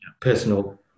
personal